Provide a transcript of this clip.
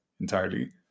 entirely